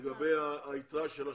אני רוצה תשובה לגבי ה-800.